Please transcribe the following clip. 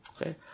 okay